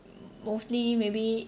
mostly maybe